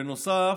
בנוסף,